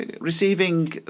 receiving